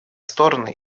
стороны